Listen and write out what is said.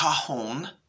cajon